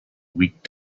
weak